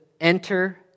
enter